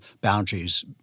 boundaries